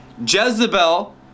Jezebel